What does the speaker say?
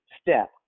step